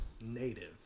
native